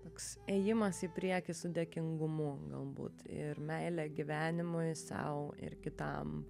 toks ėjimas į priekį su dėkingumu galbūt ir meilę gyvenimui sau ir kitam